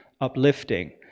uplifting